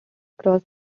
cross